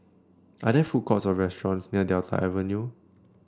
are there food courts or restaurants near Delta Avenue